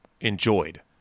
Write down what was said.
enjoyed